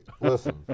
Listen